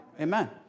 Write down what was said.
Amen